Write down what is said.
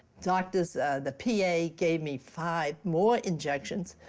doctors the p a. gave me five more injections,